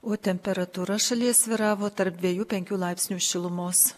o temperatūra šalyje svyravo tarp dviejų penkių laipsnių šilumos